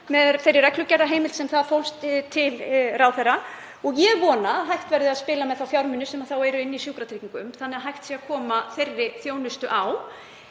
með þeirri reglugerðarheimild sem það fól í sér til ráðherra. Ég vona að hægt verði að spila með þá fjármuni sem eru í sjúkratryggingum þannig að hægt sé að koma þeirri þjónustu á.